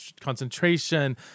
concentration